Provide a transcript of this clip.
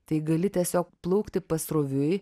tai gali tiesiog plaukti pasroviui